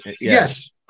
Yes